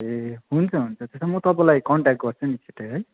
ए हुन्छ हुन्छ त्यसो भए म तपाईँलाई कन्ट्याक गर्छु नि छिटै है